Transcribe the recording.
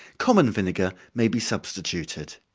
common vinegar may be substituted.